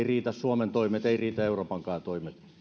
riitä suomen toimet eivät riitä euroopankaan toimet